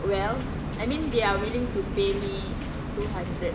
well I mean they are willing to pay me two hundred